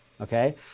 okay